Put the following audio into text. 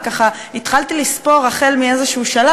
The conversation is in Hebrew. וככה התחלתי לספור החל באיזה שלב,